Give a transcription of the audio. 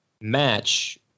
match